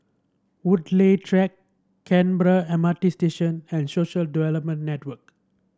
Woodleigh Track Canberra M R T Station and Social Development Network